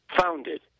founded